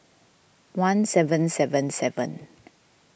one seven seven seven